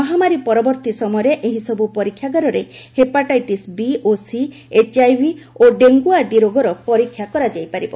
ମହାମାରୀ ପରବର୍ତ୍ତୀ ସମୟରେ ଏହିସବୁ ପରୀକ୍ଷାଗାରରେ ହେପାଟାଇଟିସ୍ ବି' ଓ ସି' ଏଚଆଇଭି ଓ ଡେଙ୍ଗ୍ ଆଦି ରୋଗର ପରୀକ୍ଷା କରାଯାଇପାରିବ